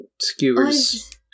skewers